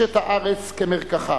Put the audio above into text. רוחשת הארץ כמרקחה.